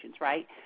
right